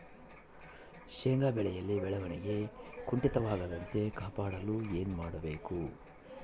ಶೇಂಗಾ ಬೆಳೆಯಲ್ಲಿ ಬೆಳವಣಿಗೆ ಕುಂಠಿತವಾಗದಂತೆ ಕಾಪಾಡಲು ಏನು ಮಾಡಬೇಕು?